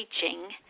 teaching